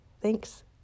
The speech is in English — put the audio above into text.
Thanks